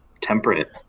temperate